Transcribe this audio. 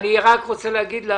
פשוט לגמרי.